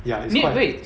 eh wait